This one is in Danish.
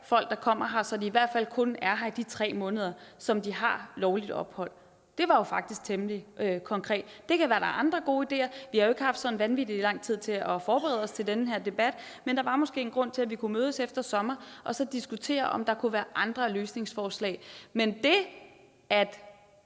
folk, der kommer her, så de i hvert fald kun er her i de 3 måneder, hvor de har lovligt ophold. Det var jo faktisk temmelig konkret. Det kan være, at der er andre gode ideer. Vi har jo ikke haft sådan vanvittig lang tid til at forberede os til den her debat, men det var måske en grund til, at vi kunne mødes efter sommeren og diskutere, om der kunne være andre løsningsforslag. Men det, at